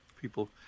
people